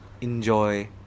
enjoy